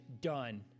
done